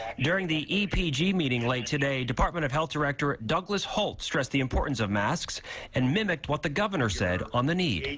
during the epa g meeting late today department of health director douglas holtz stressed the importance of masks and mimicked what the governor said on the knee